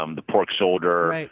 um the pork shoulder,